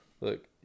Look